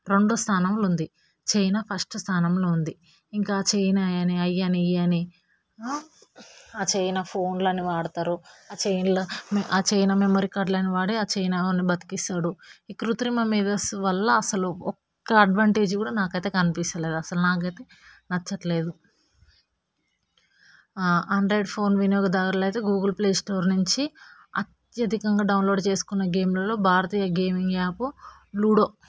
రెండో స్థానంలో ఉంది చైనా ఫస్ట్ స్థానంలో ఉంది ఇంకా చైనా అవి అని ఇవి అని ఆ చైనా ఫోన్లు అని వాడుతారు ఆ చైన్లు ఆ చైనా మెమరీ కార్డులను వాడి చైనా వాడిని బతికిస్తారు ఈ కృత్రిమ మేధస్సు వల్ల అసలు ఒక్క అడ్వాంటేజ్ కూడా నాకైతే కనిపిస్తలేదు అసలు నాకైతే నచ్చట్లేదు ఆండ్రాయిడ్ ఫోన్ వినియోగదారులు అయితే గూగుల్ ప్లేస్టోర్ నుంచి అత్యధికంగా డౌన్లోడ్ చేసుకునే గేమ్లలో భారతీయ గేమింగ్ యాప్ లూడో